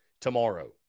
tomorrow